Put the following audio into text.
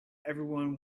everyone